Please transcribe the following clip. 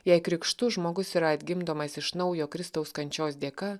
jei krikštu žmogus yra atgimdomas iš naujo kristaus kančios dėka